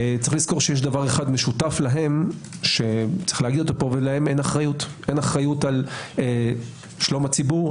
יש דבר אחד משותף להם ולהם אין אחריות לא על שלום הציבור,